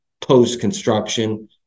post-construction